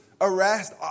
arrest